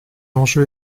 enjeu